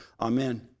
Amen